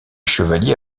chevaliers